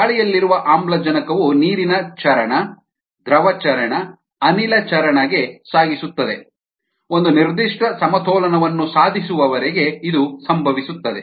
ಗಾಳಿಯಲ್ಲಿರುವ ಆಮ್ಲಜನಕವು ನೀರಿನ ಚರಣ ದ್ರವ ಚರಣ ಅನಿಲ ಚರಣ ಗೆ ಸಾಗಿಸುತ್ತದೆ ಒಂದು ನಿರ್ದಿಷ್ಟ ಸಮತೋಲನವನ್ನು ಸಾಧಿಸುವವರೆಗೆ ಇದು ಸಂಭವಿಸುತ್ತದೆ